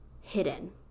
hidden